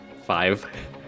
five